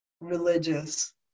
religious